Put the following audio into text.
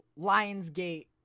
Lionsgate